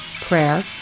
prayer